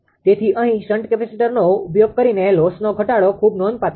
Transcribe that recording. તેથી અહી શન્ટ કેપેસીટરનો ઉપયોગ કરીને લોસનો ઘટાડો ખુબ નોંધપાત્ર છે